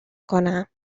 کنم